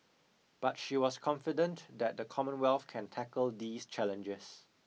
but she was confident that the Commonwealth can tackle these challenges